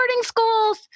schools